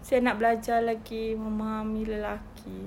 saya nak belajar lagi memahami lelaki